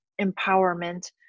empowerment